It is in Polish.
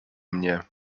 mnie